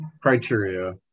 criteria